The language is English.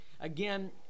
again